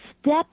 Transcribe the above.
step